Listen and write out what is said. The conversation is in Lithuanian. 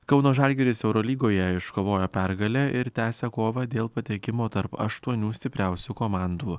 kauno žalgiris eurolygoje iškovojo pergalę ir tęsia kovą dėl patekimo tarp aštuonių stipriausių komandų